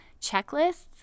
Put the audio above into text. checklists